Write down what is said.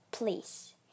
Please